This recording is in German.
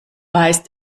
heißt